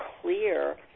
clear